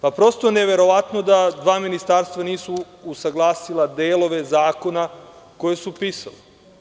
Prosto je neverovatno da dva ministarstva nisu usaglasila delove zakona koje su pisali.